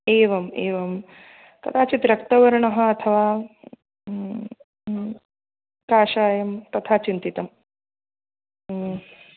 एवम् एवं कदाचित् रक्तवर्णः अथवा काषायं तथा चिन्तितं